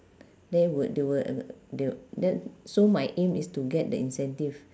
then would they would they would then so my aim is to get the incentive